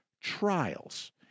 trials